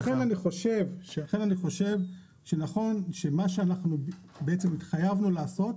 לכן אני חושב שנכון שמה שאנחנו בעצם התחייבנו לעשות,